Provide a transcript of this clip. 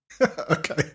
Okay